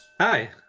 Hi